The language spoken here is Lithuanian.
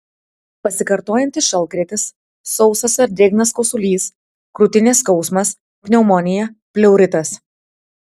pasikartojantis šaltkrėtis sausas ar drėgnas kosulys krūtinės skausmas pneumonija pleuritas